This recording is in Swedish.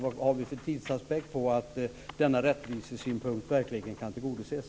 Vad har vi för tidsaspekt på att denna rättvisesynpunkt verkligen kan tillgodoses?